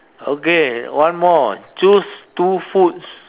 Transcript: okay one more choose two foods